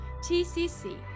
TCC